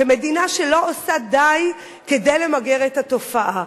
כמדינה שלא עושה די כדי למגר את התופעה.